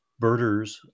birders